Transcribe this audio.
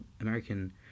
American